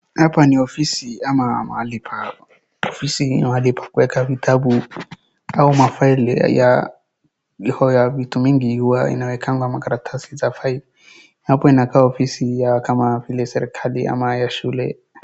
Hapa ni ofisi ama mahali pa ofisi mahali pa kuweka vitabu au mafaili ya vitu mingi kwa inawekwanga makaratasi za faili na hapo inakaa ofisi ya kama kule serikali ama ya shule.